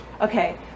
okay